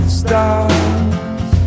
stars